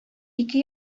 ике